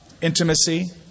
Intimacy